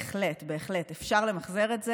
בהחלט אפשר למחזר את זה,